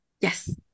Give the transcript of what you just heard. Yes